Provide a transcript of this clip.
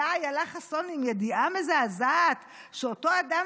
אולי אילה חסון עם ידיעה מזעזעת שאותו אדם